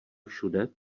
všude